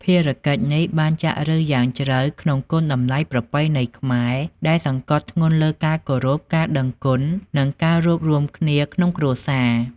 ភារកិច្ចនេះបានចាក់ឬសយ៉ាងជ្រៅក្នុងគុណតម្លៃប្រពៃណីខ្មែរ ដែលសង្កត់ធ្ងន់លើការគោរព ការដឹងគុណ និងការរួបរួមគ្នាក្នុងគ្រួសារ។